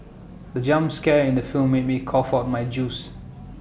the jump scare in the film made me cough out my juice